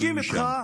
מסכים איתך,